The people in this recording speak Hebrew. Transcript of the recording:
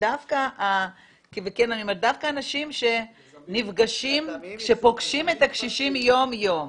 דווקא האנשים שפוגשים את הקשישים יום יום.